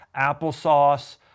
applesauce